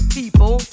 people